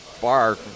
bar